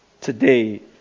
today